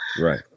Right